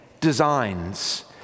designs